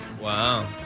Wow